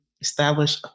establish